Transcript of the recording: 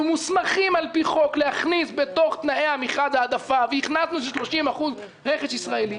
מוסמכים על פי חוק להכניס בתוך תנאי המכרז העדפה והכנסנו 30% רכש ישראלי.